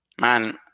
Man